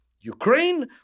Ukraine